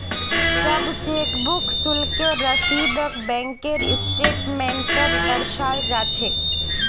सब चेकबुक शुल्केर रसीदक बैंकेर स्टेटमेन्टत दर्शाल जा छेक